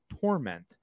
torment